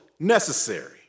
necessary